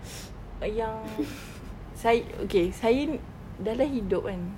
yang say~ okay saya dalam hidup kan